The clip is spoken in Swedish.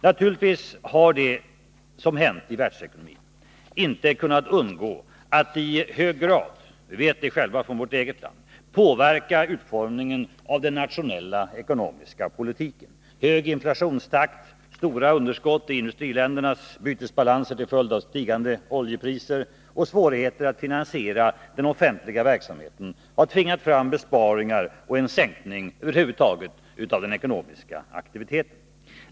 Naturligtvis har det som hänt i världsekonomin inte kunnat undgå att i hög grad — det vet vi själva från vårt eget land — påverka utformningen av den nationella ekonomiska politiken. Hög inflationstakt, stora underskott i industriländernas bytesbalanser till följd av stigande oljepriser och svårigheter att finansiera den offentliga verksamheten har tvingat fram besparingar och en sänkning av den ekonomiska aktiviteten.